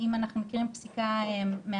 אם אנחנו מכירים פסיקה מהעבר,